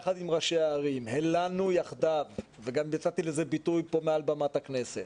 יחד עם ראשי הערים הלנו יחדיו וגם נתתי לזה ביטוי פה מעל במת הכנסת,